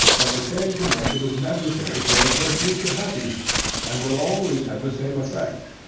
that the same connexion is necessary towards her future happiness, and will always have the same effect.